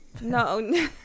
No